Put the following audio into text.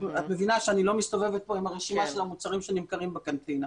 את מבינה שאני לא מסתובבת כאן עם רשימת המוצרים שנמכרים בקנטינה.